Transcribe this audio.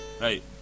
Right